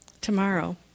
Tomorrow